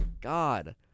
God